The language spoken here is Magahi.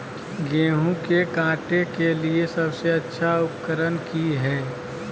गेहूं के काटे के लिए सबसे अच्छा उकरन की है?